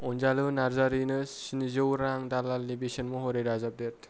अनजालु नार्जारिनो स्निजौ रां दालालनि बेसेन महरै दाजाबदेर